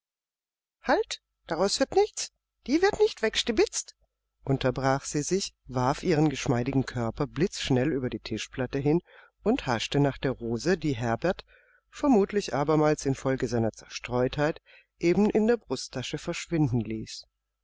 halt daraus wird nichts die wird nicht wegstibitzt unterbrach sie sich warf ihren geschmeidigen körper blitzschnell über die tischplatte hin und haschte nach der rose die herbert vermutlich abermals infolge seiner zerstreutheit eben in der brusttasche verschwinden ließ